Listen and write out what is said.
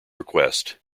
request